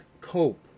cope